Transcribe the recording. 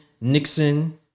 Nixon